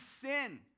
sin